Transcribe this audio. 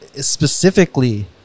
specifically